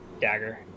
dagger